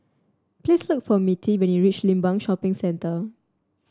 please look for Mittie when you reach Limbang Shopping Centre